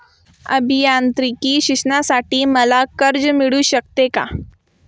अभियांत्रिकी शिक्षणासाठी मला कर्ज मिळू शकते का?